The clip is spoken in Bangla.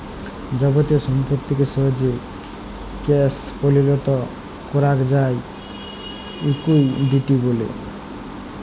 যাবতীয় সম্পত্তিকে সহজে ক্যাশ পরিলত করাক যায় লিকুইডিটি ব্যলে